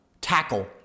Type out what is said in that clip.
tackle